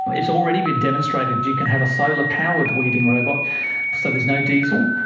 it has already been demonstrated you can have a solar powered weeding robot so there's no diesel,